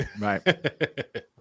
Right